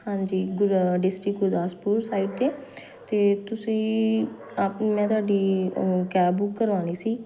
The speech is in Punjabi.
ਹਾਂਜੀ ਗੁਰ ਡਿਸਟ੍ਰਿਕਟ ਗੁਰਦਾਸਪੁਰ ਸਾਈਡ 'ਤੇ ਅਤੇ ਤੁਸੀਂ ਆਪਣੀ ਮੈਂ ਤੁਹਾਡੀ ਕੈਬ ਬੁੱਕ ਕਰਵਾਉਣੀ ਸੀ